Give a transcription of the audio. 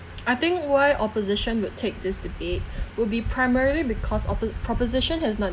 I think why opposition would take this debate would be primarily because of oppo~ proposition has not